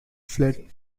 fled